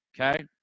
okay